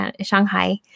shanghai